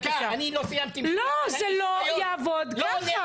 לא, זה לא יעבוד ככה.